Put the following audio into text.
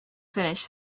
finish